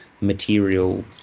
material